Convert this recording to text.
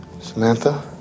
Samantha